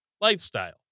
lifestyle